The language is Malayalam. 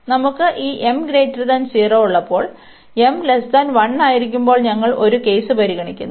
അതിനാൽ നമുക്ക് ഈ ഉള്ളപ്പോൾ ആയിരിക്കുമ്പോൾ ഞങ്ങൾ ഒരു കേസ് പരിഗണിക്കുന്നു